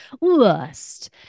lust